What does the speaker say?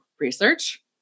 research